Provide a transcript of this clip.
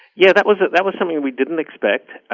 yeah that was that was something we didn't expect,